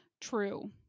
True